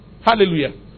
Hallelujah